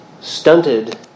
stunted